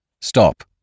Stop